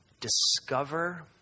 discover